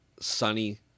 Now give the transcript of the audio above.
sunny